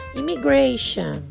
immigration